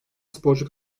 sporcu